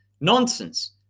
nonsense